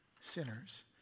sinners